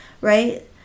Right